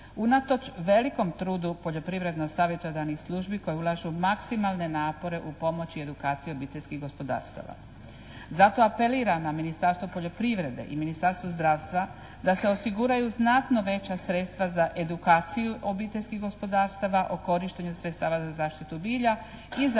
Unatoč velikom trudu poljoprivredno savjetodavnih službi koje ulažu maksimalne napore u pomoći i edukaciji obiteljskih gospodarstava. Zato apeliram na Ministarstvo poljoprivrede i Ministarstvo zdravstva da se osiguraju znatno veća sredstva za edukaciju obiteljskih gospodarstava, o korištenju sredstava za zaštitu bilja i za monitoring